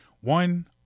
One –